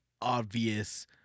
obvious